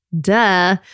Duh